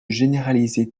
généraliser